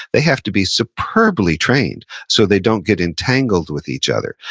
they have to be superbly trained, so they don't get entangled with each other.